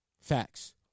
Facts